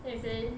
they say